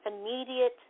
immediate